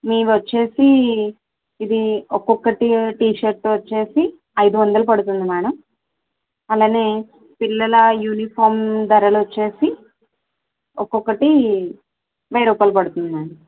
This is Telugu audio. మీవి వచ్చి ఇది ఒక్కొక్కటి టీషీర్ట్ వచ్చి ఐదు వందలు పడుతుంది మేడం అలానే పిల్లల యూనిఫార్మ్ ధరలు వచ్చి ఒక్కొక్కటి వెయ్యి రూపాయలు పడుతుంది మేడం